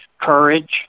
courage